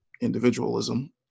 individualism